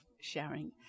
sharing